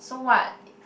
so what